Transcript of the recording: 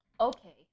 Okay